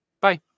Bye